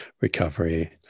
recovery